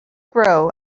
grow